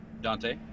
Dante